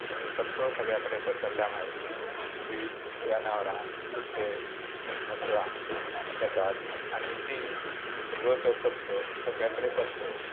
आनी कचरो सगळ्या कडेन पसरल्या मुळें सगळीं जनावरां कुत्रे मसरां येतात आनी तीं सगळ्यो त्यो कचरो सगळ्या कडेन पसरतात